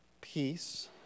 peace